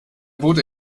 wurde